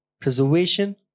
preservation